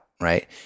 right